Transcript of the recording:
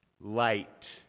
light